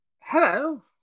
Hello